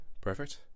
perfect